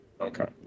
Okay